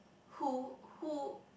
who who